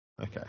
Okay